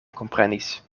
komprenis